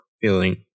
feeling